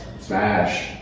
Smash